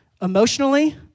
emotionally